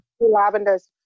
lavenders